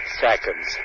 seconds